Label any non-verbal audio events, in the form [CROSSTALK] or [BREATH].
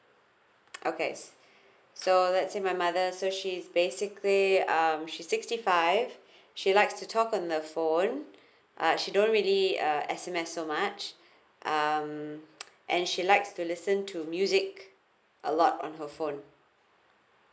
okay so let say my mother so she is basically um she's sixty five [BREATH] she likes to talk on the phone [BREATH] uh she don't really uh S_M_S so much [BREATH] um and she likes to listen to music a lot on her phone